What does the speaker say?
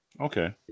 Okay